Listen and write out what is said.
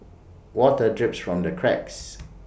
water drips from the cracks